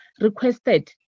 requested